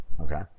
okay